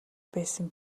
байсан